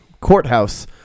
courthouse